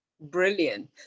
Brilliant